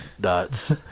dots